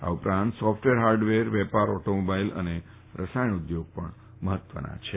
આ ઉપરાંત software hardware વેપાર ઓટોમોબાઈલ અને રસાયણ ઉદ્યોગ પણ મફત્વનો છે